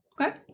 Okay